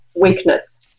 weakness